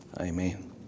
Amen